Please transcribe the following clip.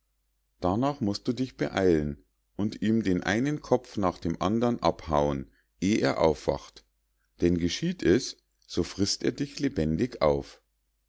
darnach musst du dich beeilen und ihm den einen kopf nach dem andern abhauen eh er aufwacht denn geschieht das so frisst er dich lebendig auf